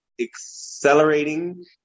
accelerating